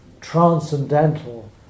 transcendental